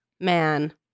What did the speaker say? Man